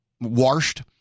Washed